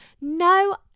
no